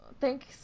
Thanks